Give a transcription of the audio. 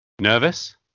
Nervous